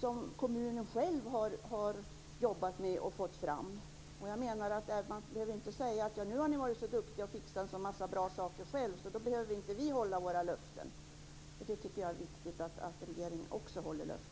som kommunen själv har jobbat med och fått fram. Man behöver inte säga: Nu har ni varit så duktiga och fixat en massa bra saker själva, så vi behöver inte hålla våra löften. Jag tycker att det är viktigt att regeringen också håller löften.